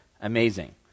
Amazing